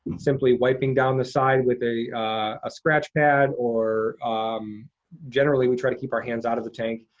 simply wiping down the side with a ah scratch pad or generally, we try to keep our hands out of the tank,